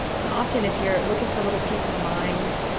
and often if you're looking for a little peace of mind,